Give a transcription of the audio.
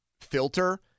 filter